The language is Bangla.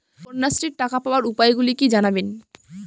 কন্যাশ্রীর টাকা পাওয়ার উপায়গুলি জানাবেন?